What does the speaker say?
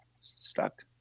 stuck